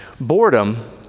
Boredom